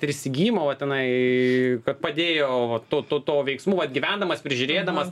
ir įsigijimo va tenai kad padėjo va tuo tuo tuo veiksmu vat gyvendamas prižiūrėdamas